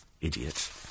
Idiot